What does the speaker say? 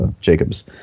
Jacob's